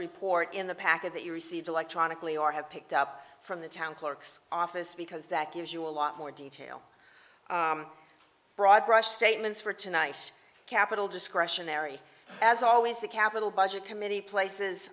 report in the package that you received electronically or have picked up from the town clerk's office because that gives you a lot more detail broadbrush statements for tonight capital discretionary as always the capital budget committee places